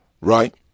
right